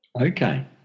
Okay